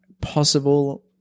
possible